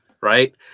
Right